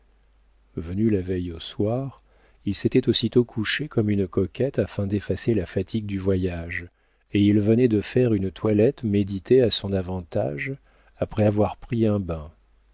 venu la veille au soir il s'était aussitôt couché comme une coquette afin d'effacer la fatigue du voyage et il venait de faire une toilette méditée à son avantage après avoir pris un bain